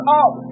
up